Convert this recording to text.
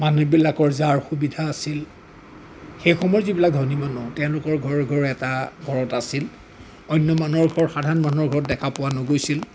মানুহবিলাকৰ যাৰ সুবিধা আছিল সেই সময়ৰ যিবিলাক ধনী মানুহ তেওঁলোকৰ এটা ঘৰ ঘৰ এটা ঘৰত আছিল অন্য মানুহৰ ঘৰত সাধাৰণ মানুহৰ ঘৰত দেখা পোৱা নগৈছিল